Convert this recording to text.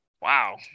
Wow